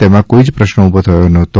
તેમા કોઇ જ પ્રશ્ન ઉભો થયો નહોતો